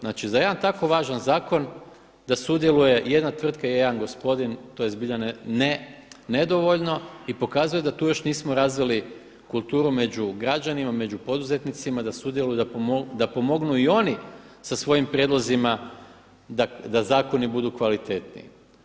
Znači za jedan tako važan zakon da sudjeluje jedna tvrtka i jedan gospodin, to je zbilja nedovoljno i pokazuje da tu još nismo razvili kulturu među građanima, među poduzetnicima da sudjeluju, da pomognu i oni sa svojim prijedlozima da zakoni budu kvalitetniji.